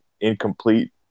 incomplete